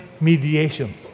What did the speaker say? mediation